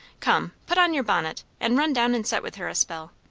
come! put on your bonnit and run down and set with her a spell.